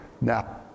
Now